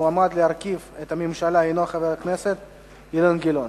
המועמד להרכיב את הממשלה הינו חבר הכנסת אילן גילאון.